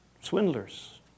swindlers